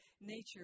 nature